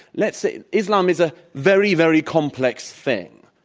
let's say islam is a very, very complex thing.